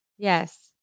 Yes